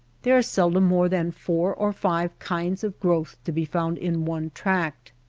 there are seldom more than four or five kinds of growth to be found in one tract.